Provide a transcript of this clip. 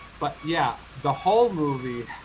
but yeah, the whole movie.